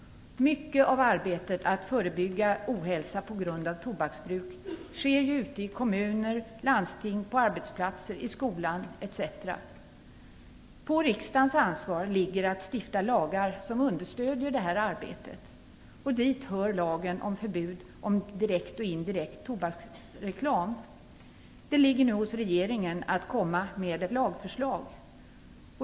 Mycket av arbetet med att förebygga ohälsa på grund av tobaksbruk sker ju ute i kommuner och landsting, på arbetsplatser, i skolor etc. Det är riksdagens ansvar att stifta lagar som understöder detta arbete. Dit hör lagen om förbud mot direkt och indirekt tobaksreklam. Det ankommer nu på regeringen att komma med ett lagförslag.